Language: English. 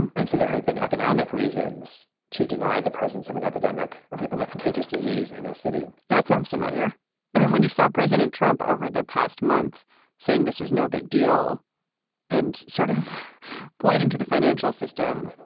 and so there have been economic reasons to deny the presence of an epidemic of of a contagious disease in a city that sounds familiar i mean, when you saw president trump over the past month saying this is no big deal and sort of pointing to the financial system,